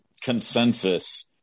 consensus